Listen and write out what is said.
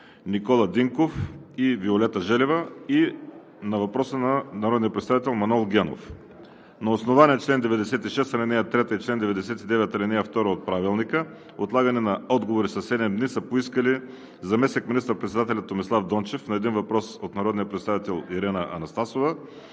Никола Динков и Виолета Желева; и на въпрос от народния представител Манол Генов. На основание чл. 96, ал. 3 и чл. 99, ал. 2 от Правилника отлагане на отговори със седем дни са поискали: - заместник министър-председателят Томислав Дончев на един въпрос от народния представител Ирена Анастасова;